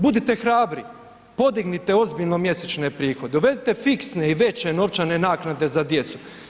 Budite hrabri, podignite ozbiljno mjesečne prihode, uvedite fiksne i veće novčane naknade za djecu.